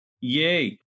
Yay